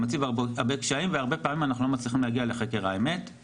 מציב הרבה קשיים והרבה פעמים אנחנו לא מצליחים להגיע לחקר האמת.